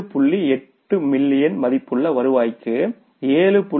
80 million மதிப்புள்ள வருவாய்க்கு 7